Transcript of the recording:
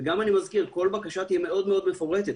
וגם כל בקשה תהיה מאוד מאוד מפורטת.